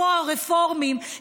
כמו הרפורמים,